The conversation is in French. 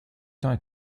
temps